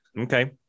Okay